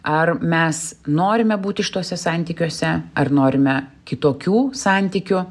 ar mes norime būti šituose santykiuose ar norime kitokių santykių